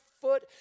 foot